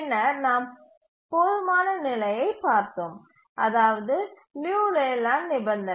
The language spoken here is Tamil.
பின்னர் நாம் போதுமான நிலையைப் பார்த்தோம் அதாவது லியு லேலேண்ட் நிபந்தனை